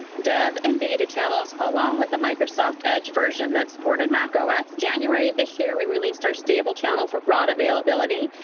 dev, and beta channels, along with the microsoft edge version that supported mac os. january of this year, we released our stable channel for broad availability,